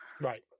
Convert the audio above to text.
Right